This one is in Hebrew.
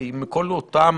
עם כל אותם,